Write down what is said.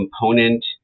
component